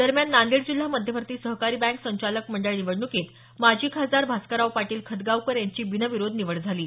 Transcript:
दरम्यान नांदेड जिल्हा मध्यवर्ती सहकारी बँक संचालक मंडळ निवडण्कीत माजी खासदार भास्करराव पाटील खतगांवकर यांची बिनविरोध निवड झाली आहे